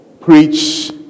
preach